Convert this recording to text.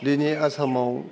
दिनै आसामाव